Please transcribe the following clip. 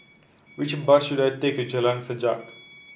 which bus should I take Jalan Sajak